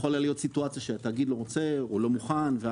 יכולה להיות סיטואציה שתאגיד לא רוצה או לא מוכן.